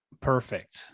perfect